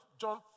John